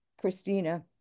Christina